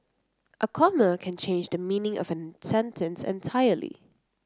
a comma can change the meaning of a sentence entirely